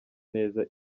neza